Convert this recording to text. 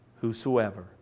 Whosoever